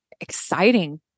exciting